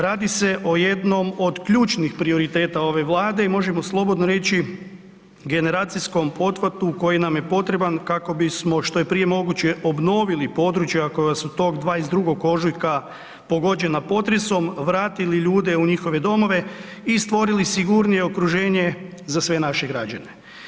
Radi se o jednom od ključnih prioriteta ove vlade i možemo slobodno reći generacijskom pothvatu koji nam je potreban kako bismo što je prije moguće obnovili područja koja su tog 22. ožujka pogođena potresom vratili ljude u njihove domove i stvorili sigurnije okruženje za sve naše građane.